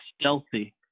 stealthy